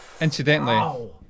incidentally